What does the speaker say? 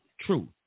True